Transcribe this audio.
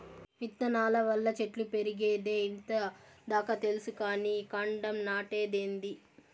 విత్తనాల వల్ల చెట్లు పెరిగేదే ఇంత దాకా తెల్సు కానీ ఈ కాండం నాటేదేందీ